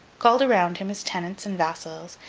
called around him his tenants and vassals,